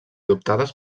adoptades